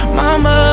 Mama